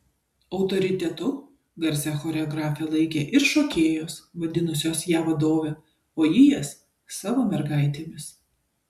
autoritetu garsią choreografę laikė ir šokėjos vadinusios ją vadove o ji jas savo mergaitėmis